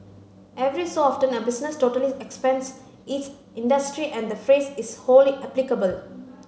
every so often a business totally upends its industry and the phrase is wholly applicable